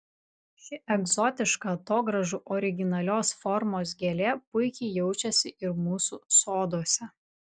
ši egzotiška atogrąžų originalios formos gėlė puikiai jaučiasi ir mūsų soduose